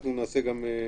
לכן אנחנו מבקשים,